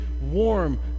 warm